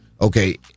Okay